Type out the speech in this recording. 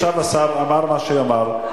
עכשיו השר אמר את מה שאמר,